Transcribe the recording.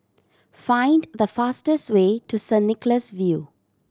find the fastest way to Saint Nicholas View